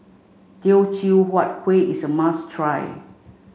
Teochew Huat Kueh is a must try